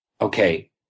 okay